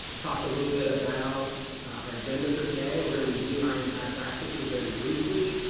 talk a little bit about our agenda for today, we're going to review high impact practices very briefly,